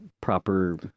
proper